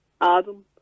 Adam